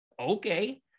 okay